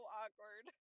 awkward